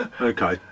Okay